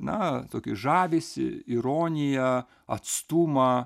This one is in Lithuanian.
na tokį žavesį ironiją atstumą